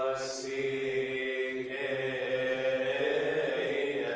a